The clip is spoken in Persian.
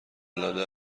العاده